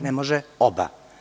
Ne može oba.